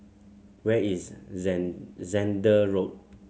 where is Zehnder Road